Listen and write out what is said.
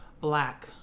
black